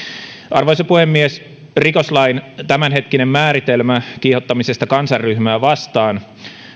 arvoisa puhemies rikoslain tämänhetkinen määritelmä kiihottamisesta kansanryhmää vastaan